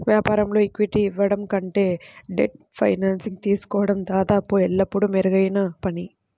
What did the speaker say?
వ్యాపారంలో ఈక్విటీని ఇవ్వడం కంటే డెట్ ఫైనాన్సింగ్ తీసుకోవడం దాదాపు ఎల్లప్పుడూ మెరుగైన పని